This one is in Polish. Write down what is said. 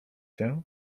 się